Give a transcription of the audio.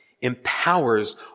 empowers